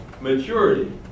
maturity